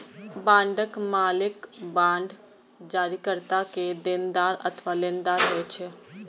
बांडक मालिक बांड जारीकर्ता के देनदार अथवा लेनदार होइ छै